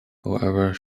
however